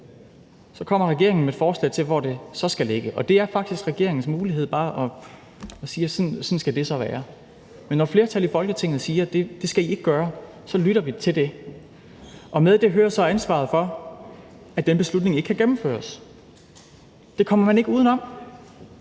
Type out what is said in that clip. Så kommer regeringen med forslag til, hvor det så skal ligge. Og det er faktisk regeringens mulighed bare at sige, at sådan skal det så være. Men når et flertal i Folketinget siger, at det skal I ikke gøre, så lytter vi til det. Og med til det hører så ansvaret for, at den beslutning ikke kan gennemføres. Det kommer man ikke uden om.